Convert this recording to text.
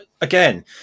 Again